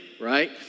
right